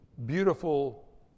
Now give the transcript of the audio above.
Beautiful